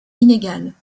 inégales